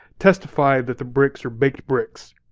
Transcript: testify that the bricks are baked bricks.